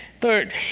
Third